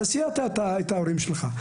תסיע אתה את הילדים שלך.